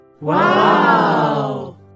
Wow